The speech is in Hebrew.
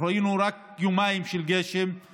אנחנו ראינו רק יומיים של גשם,